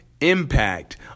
Impact